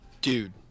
Dude